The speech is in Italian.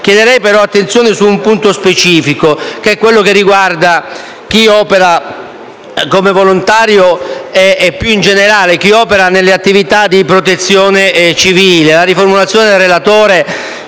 Chiederei però di porre attenzione sul punto specifico che riguarda chi opera come volontario e, più in generale, chi opera nelle attività di protezione civile. La riformulazione del relatore,